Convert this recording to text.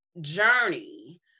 journey